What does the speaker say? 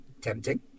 Tempting